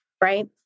right